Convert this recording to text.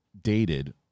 dated